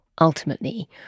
ultimately